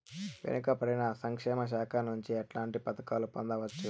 వెనుక పడిన సంక్షేమ శాఖ నుంచి ఎట్లాంటి పథకాలు పొందవచ్చు?